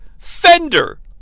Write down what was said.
Fender